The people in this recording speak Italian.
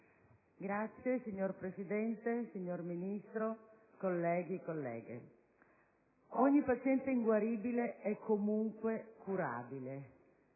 Signor Presidente, signor Ministro, colleghi e colleghe, ogni paziente inguaribile è comunque curabile.